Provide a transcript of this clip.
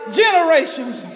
generations